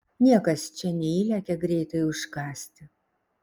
niekas čia neįlekia greitai užkąsti